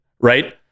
right